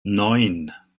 neun